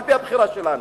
על-פי הבחירה שלנו.